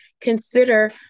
consider